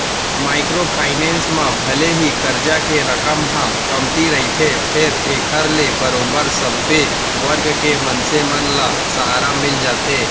micro finance म भले ही करजा के रकम ह कमती रहिथे फेर एखर ले बरोबर सब्बे वर्ग के मनसे मन ल सहारा मिल जाथे